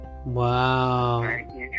Wow